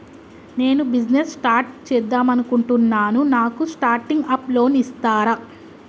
నేను business start చేద్దామనుకుంటున్నాను నాకు స్టార్టింగ్ అప్ లోన్ ఇస్తారా?